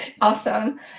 Awesome